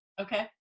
Okay